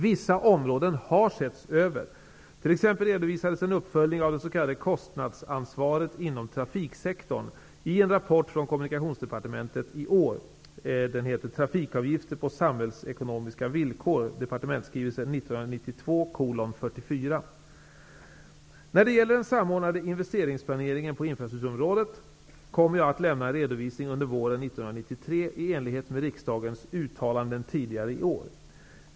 Vissa områden har setts över -- t.ex. redovisades en uppföljning av det s.k. kostnadsansvaret inom trafiksektorn i en rapport från Kommunikationsdepartementet i år . När det gäller den samordnade investeringsplaneringen på infrastrukturområdet kommer jag att lämna en redovisning under våren 1993 i enlighet med riksdagens uttalanden tidigare i år.